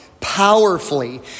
powerfully